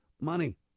money